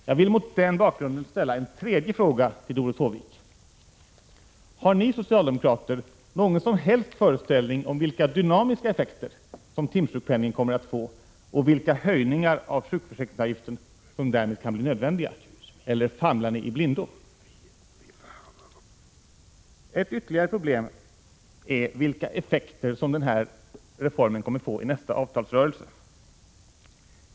Jag vill mot den bakgrunden ställa en tredje fråga till Doris Håvik: Har ni socialdemokrater någon som helst föreställning om vilka dynamiska effekter som timsjukpenningen kommer att få och vilka höjningar av sjukförsäkringsavgiften som därmed kan bli nödvändiga — eller famlar ni i blindo? Ett ytterligare problem är vilka effekter som den här reformen kommer att få på nästa avtalsrörelse.